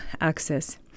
access